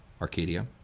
Arcadia